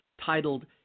titled